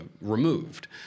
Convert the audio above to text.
removed